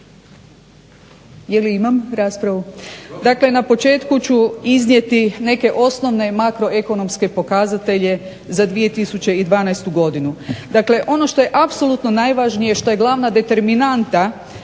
na početku ću iznijeti neke osnovne makroekonomske pokazatelje za 2012.godinu. Dakle ono što je apsolutno najvažnije što je glavna determinanta